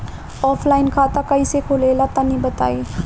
Offline खाता कइसे खुलेला तनि बताईं?